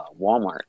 Walmart